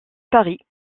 paris